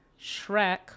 Shrek